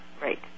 Right